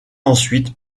ensuite